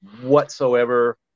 whatsoever